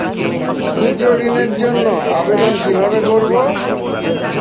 ক্ষুদ্র ঋণের জন্য আবেদন কিভাবে করব?